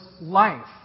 life